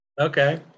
Okay